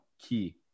key